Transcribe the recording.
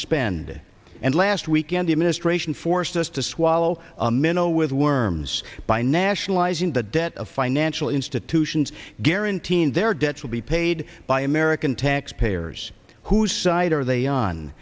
spend it and last week in the administration forced us to swallow a minimal with worms by nationalizing the debt of financial institutions guaranteeing their debts will be paid by american tax there's whose side are they on